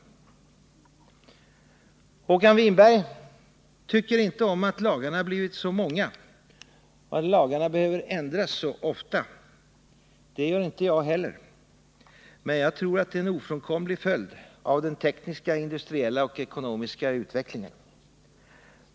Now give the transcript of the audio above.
Håkan Winberg tycker inte om att lagarna har blivit så många och att lagarna behöver ändras så ofta. Det gör inte jag heller. Men jag tror att det är en ofrånkomlig följd av den tekniska, industriella och ekonomiska utvecklingen.